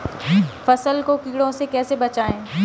फसल को कीड़ों से कैसे बचाएँ?